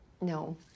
No